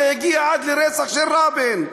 זה הגיע עד לרצח של רבין,